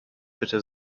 bitte